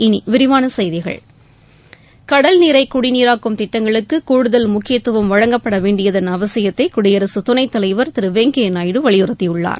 இனி விரிவான செய்திகள் கடல்நீரை குடிநீராக்கும் திட்டங்களுக்கு கூடுதல் முக்கியத்துவம் வழங்கப்பட வேண்டியதன் அவசியத்தை குடியரசுத் துணைத் தலைவர் திரு வெங்கய்யா நாயுடு வலியுறுத்தியுள்ளார்